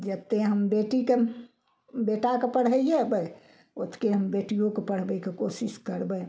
जते हम बेटीके बेटाके पढ़ेबय ओतबे हम बेटियोके पढ़बयके कोशिश करबय